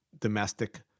domestic